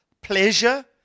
pleasure